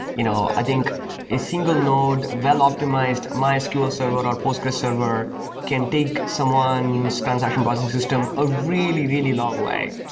you know i think a single node well optimized mysql so but or postgres server can take someone's transaction processing system a really, really long way.